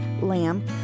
lamb